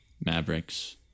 Mavericks